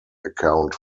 account